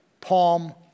palm